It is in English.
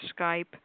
Skype